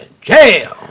jail